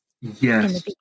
Yes